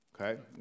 okay